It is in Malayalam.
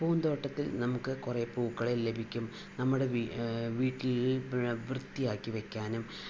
പൂന്തോട്ടത്തിൽ നമുക്ക് കുറെ പൂക്കളെ ലഭിക്കും നമ്മുടെ വീ വീട്ടിൽ വൃത്തിയാക്കി വക്കാനും